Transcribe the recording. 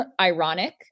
ironic